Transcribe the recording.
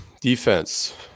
Defense